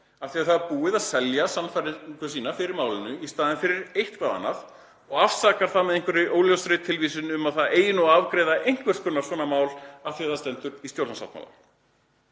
að það er búið að selja sannfæringu sína fyrir málinu í staðinn fyrir eitthvað annað og afsakar það með einhverri óljósri tilvísun um að það eigi að afgreiða einhvers konar svona mál af því að það stendur í stjórnarsáttmálanum.